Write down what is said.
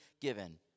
given